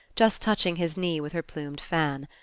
just touching his knee with her plumed fan.